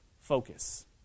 focus